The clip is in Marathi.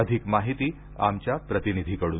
अधिक माहिती आमच्या प्रतिनिधीकडून